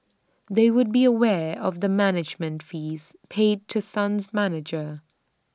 they would be aware of the management fees paid to sun's manager